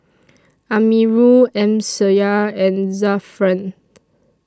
Amirul Amsyar and Zafran